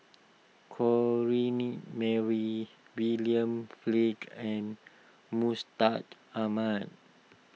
Corrinne Mary William Flint and Mustaq Ahmad